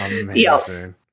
Amazing